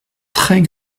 très